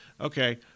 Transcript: Okay